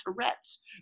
Tourette's